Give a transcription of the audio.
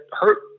hurt